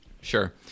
Sure